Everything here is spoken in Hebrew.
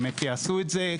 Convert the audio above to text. שבאמת אנשי מקצוע יעשו את זה.